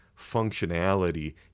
functionality